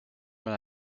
when